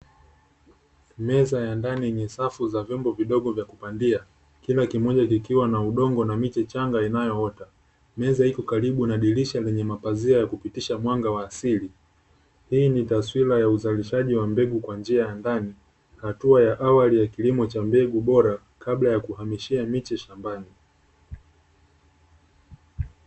Meza ya ndani yenye safu za vyombo vidogo vya kupandia, kila kimoja kikiwa na udongo na miche changa inayoota. Meza ikokaribu na dirisha lenye mapazia na kupitisha mwanga wa asili. Hii ni taswira ya uzalishaji wa mbegu kwa njia ya ndani, hatua ya awali ya kilimo cha mbegu bora kabla ya kuhamishia miche shambani.